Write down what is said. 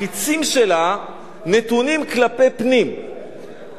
החצים שלה נתונים כלפי פנים,